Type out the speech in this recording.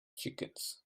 chickens